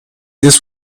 this